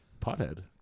pothead